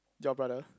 your brother